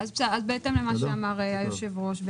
בהתאם למה שאמר היושב-ראש,